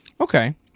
Okay